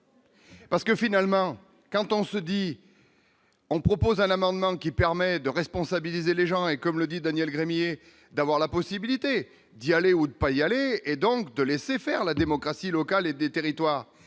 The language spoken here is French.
Parce que finalement, quand on se dit on propose à l'amendement qui permet de responsabiliser les gens et comme le dit Daniel Gremillet, d'avoir la possibilité d'y aller ou pas, il y allait et donc de laisser faire la démocratie locale et des territoires,